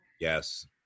Yes